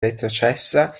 retrocessa